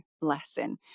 lesson